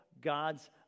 God's